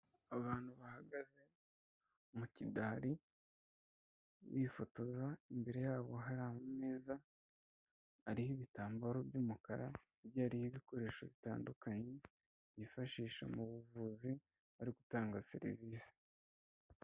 Abant bahagaze mu kidari bifotoza imbere yabo hari ameza ariho ibitambaro by'umukara hirya hariho ibikoresho bitandukanye byifashisha mu buvuzi bari gutanga serivisi.